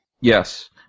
Yes